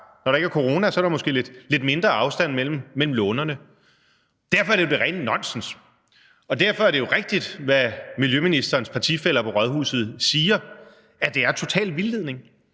når der ikke er corona, lidt mindre afstand mellem lånerne. Derfor er det jo det rene nonsens, og derfor er det jo rigtigt, hvad miljøministerens partifæller på rådhuset siger, nemlig at det er total vildledning.